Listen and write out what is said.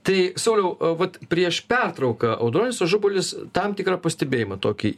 tai sauliau vat prieš pertrauką audronius ažubalis tam tikrą pastebėjimą tokį